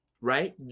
right